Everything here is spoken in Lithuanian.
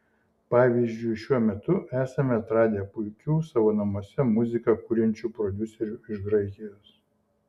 pavyzdžiui šiuo metu esame atradę puikių savo namuose muziką kuriančių prodiuserių iš graikijos